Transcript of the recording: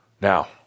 Now